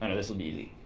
kind of this will be easy.